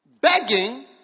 begging